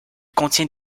contient